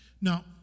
Now